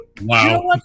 Wow